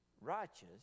righteous